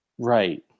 Right